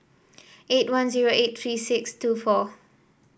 eight one zero eight three six two four